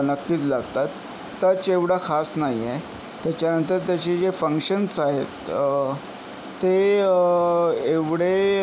नक्कीच लागतात टच एवढा खास नाही आहे त्याच्यानंतर त्याचे जे फंक्शन्स आहेत ते एवढे